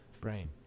brain